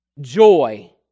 joy